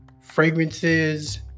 fragrances